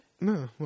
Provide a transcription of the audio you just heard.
No